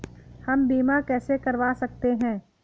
हम बीमा कैसे करवा सकते हैं?